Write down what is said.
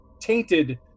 tainted